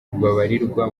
babarirwa